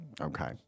Okay